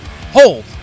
Hold